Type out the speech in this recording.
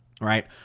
right